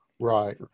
Right